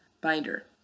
binder